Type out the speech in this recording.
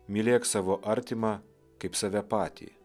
mylėk savo artimą kaip save patį